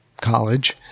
college